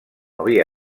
havia